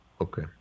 Okay